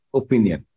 opinion